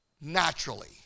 naturally